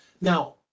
Now